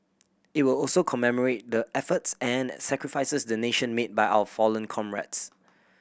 it will also commemorate the efforts and sacrifices the nation made by our fallen comrades